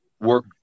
work